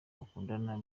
bakundana